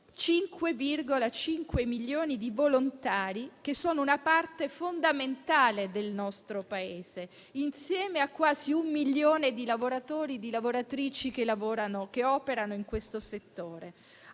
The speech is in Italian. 5,5 milioni di volontari che sono una parte fondamentale del nostro Paese, insieme a quasi un milione di lavoratori e di lavoratrici che operano nel settore.